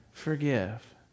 forgive